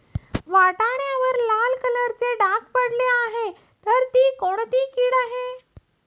वाटाण्यावर लाल कलरचे डाग पडले आहे तर ती कोणती कीड आहे?